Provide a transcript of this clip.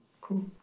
Cool